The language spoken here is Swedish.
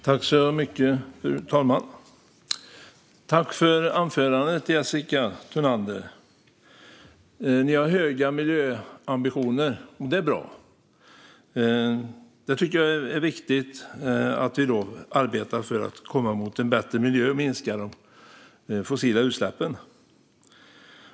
Fru talman! Tack för anförandet, Jessica Thunander! Ni har höga miljöambitioner - det är bra! Det är viktigt att vi arbetar för en bättre miljö och för att minska de fossila utsläppen.